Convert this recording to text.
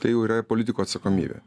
tai jau yra politikų atsakomybė